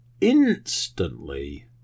instantly